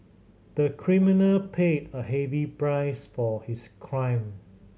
the criminal paid a heavy price for his crime